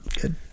good